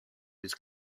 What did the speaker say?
was